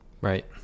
right